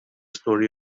story